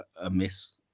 amiss